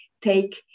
take